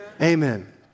Amen